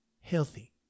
healthy